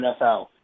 NFL